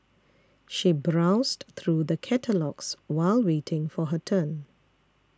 she browsed through the catalogues while waiting for her turn